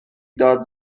داد